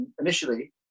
initially